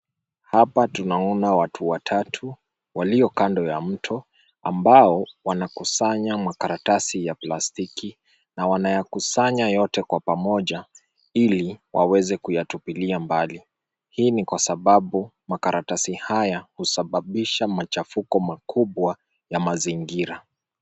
Hapa tunaona watu watatu walio kando ya mto ambao wanakusanya makaratasi ya plastiki na wanayakusanya yote kwa pamoja hili waweze kuyatupilia mbali. Hii ni kwa sababu makaratasi haya husababisha machafuko makubwa ya mazingira.